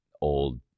old